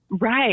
Right